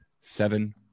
seven